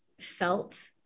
felt